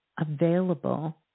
available